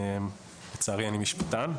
לצערי אני משפטן,